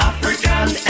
African